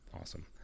awesome